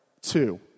two